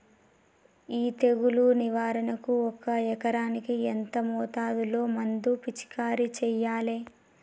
ఈ తెగులు నివారణకు ఒక ఎకరానికి ఎంత మోతాదులో మందు పిచికారీ చెయ్యాలే?